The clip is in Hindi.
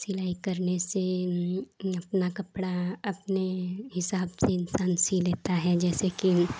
सिलाई करने से की अपना कपड़ा अपने हिसाब से ढंग से लेता है जैसे की